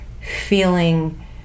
feeling